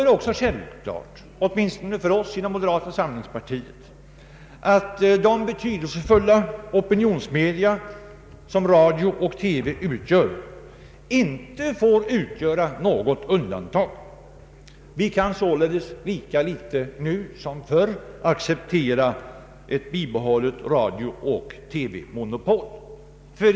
Det är för oss inom moderata samlingspartiet självklart att de betydelsefulla opinionsmedia som radio och TV utgör inte får vara något undantag. Vi kan lika litet nu som förr acceptera ett bibehållet radiooch TV-monopol.